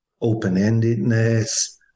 open-endedness